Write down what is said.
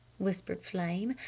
whispered flame,